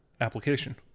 application